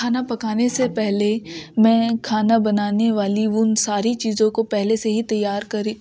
کھانا پکانے سے پہلے میں کھانا بنانے والی وہ ان ساری چیزوں کو پہلے سے ہی تیاری کری